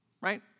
right